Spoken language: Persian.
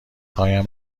هایم